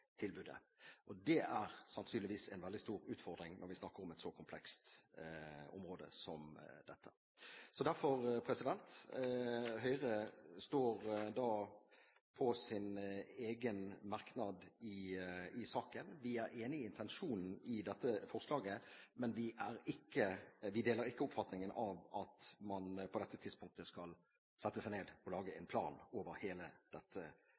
tilbudet. Det er sannsynligvis en veldig stor utfordring når vi snakker om et så komplekst område som dette. Høyre står derfor på sin egen merknad i saken. Vi er enige i intensjonen i dette forslaget, men vi deler ikke den oppfatning at man på dette tidspunktet skal sette seg ned og lage en plan over hele dette